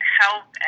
help